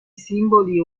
simboli